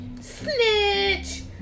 Snitch